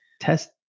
test